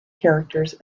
characters